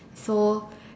so